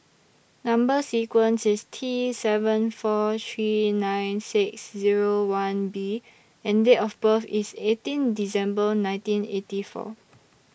Number sequence IS T seven four three nine six Zero one B and Date of birth IS eighteen December nineteen eighty four